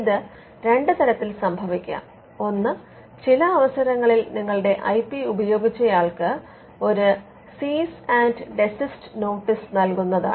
ഇത് രണ്ട് തരത്തിൽ സംഭവിക്കാം ഒന്ന് ചില അവസരങ്ങളിൽ നിങ്ങളുടെ ഐ പി ഉപയോഗിച്ചയാൾക്ക് ഒരു സീസ് ആൻഡ് ഡെസിസ്റ് നോട്ടീസ് നല്കുന്നതാണ്